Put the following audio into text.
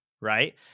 right